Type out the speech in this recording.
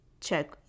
check